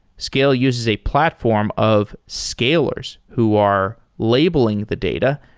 scale uses a platform of scalers, who are labeling the data.